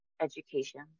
education